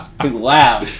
Wow